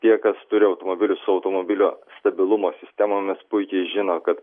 tie kas turi automobilius su automobilio stabilumo sistemomis puikiai žino kad